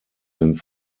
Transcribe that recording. sind